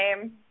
name